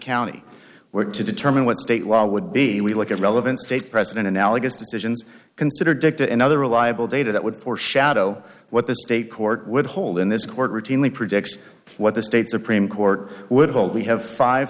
county were to determine what state law would be we look at relevant state president analogous decisions consider dicta and other reliable data that would foreshadow what the state court would hold in this court routinely predicts what the state supreme court would hold we have five